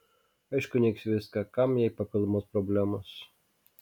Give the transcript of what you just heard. aišku neigs viską kam jai papildomos problemos